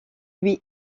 lui